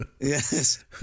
Yes